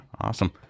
awesome